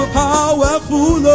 powerful